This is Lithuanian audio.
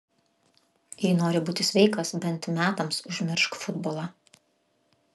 jei nori būti sveikas bent metams užmiršk futbolą